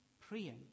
praying